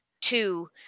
two